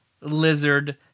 Lizard